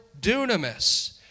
dunamis